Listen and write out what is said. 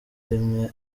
rimwe